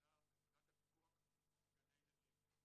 הממונה מבחינת הפיקוח על גני הילדים.